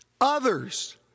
others